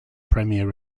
premiere